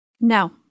No